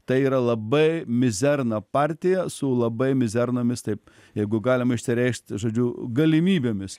tai yra labai mizerna partija su labai mizernomis taip jeigu galima išsireikšti žodžiu galimybėmis